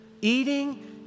eating